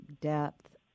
depth